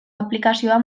aplikazioa